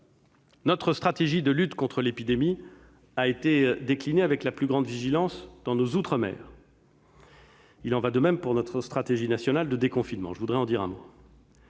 Notre stratégie de lutte contre l'épidémie a été déclinée avec la plus grande vigilance dans nos outre-mer. Il en va de même pour notre stratégie nationale de déconfinement. Je suis très